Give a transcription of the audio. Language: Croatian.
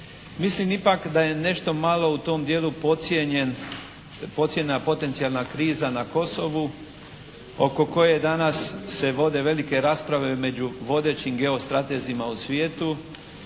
Mislim ipak da je nešto malo u tom dijelu potcijenjena potencijalna kriza na Kosovu oko koje danas se vode velike rasprave među vodećim geostratezima u svijetu.